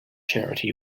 charity